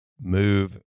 move